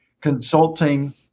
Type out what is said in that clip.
consulting